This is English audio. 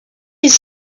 his